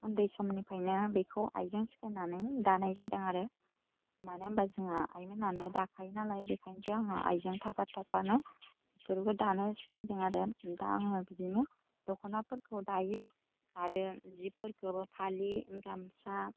उन्दै समनिफ्रायनो आं बेखौ आइजों सिखायनानै दानाय जादों आरो मानो होनबा जोंहा आइमोनहानो दाखायो नालाय बेखायथ' आंंहा आइजों थाफा थाफानो बेखौबो दानो सिखायदों आरो दा आङो बिदनो दख'नाफोरखौ दायो आरो जिफोरखौबो फालि गामसा